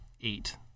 eight